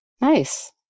Nice